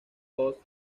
post